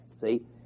See